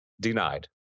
Denied